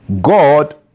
God